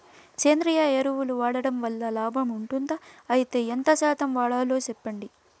సేంద్రియ ఎరువులు వాడడం వల్ల లాభం ఉంటుందా? అయితే ఎంత శాతం వాడాలో చెప్పండి?